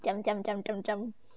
jump jump jump jump jump